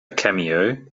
cameo